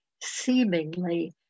seemingly